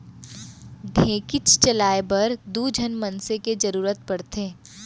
ढेंकीच चलाए बर दू झन मनसे के जरूरत पड़थे